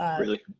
really?